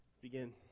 begin